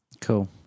Cool